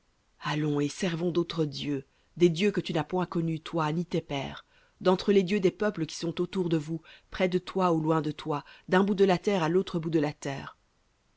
allons et servons d'autres dieux que tu n'as point connus toi ni tes pères dentre les dieux des peuples qui sont autour de vous près de toi ou loin de toi d'un bout de la terre à l'autre bout de la terre